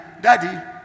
daddy